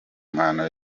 mahano